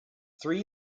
three